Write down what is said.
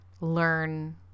learn